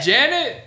Janet